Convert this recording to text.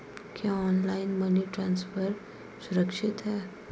क्या online money transfer सुरक्षित है?